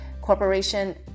corporation